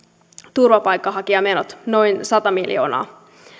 turvapaikanhakijamenot noin sata miljoonaa